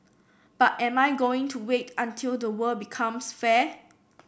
but am I going to wait until the world becomes fair